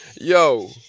Yo